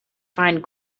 find